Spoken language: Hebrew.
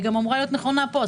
היא אמורה להיות נכונה גם פה.